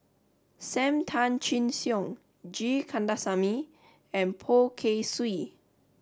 Sam Tan Chin Siong G Kandasamy and Poh Kay Swee